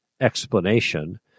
explanation